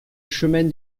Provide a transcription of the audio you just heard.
chemin